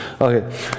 Okay